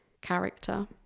character